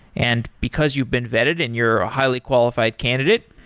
and because you've been vetted and you're a highly qualified candidate,